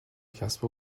کسب